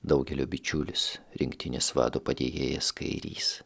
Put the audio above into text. daugelio bičiulis rinktinės vado padėjėjas kairys